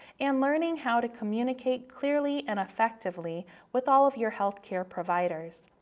and learning how to communicate clearly and effectively with all of your healthcare providers.